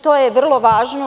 To je vrlo važno.